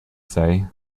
say